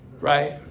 Right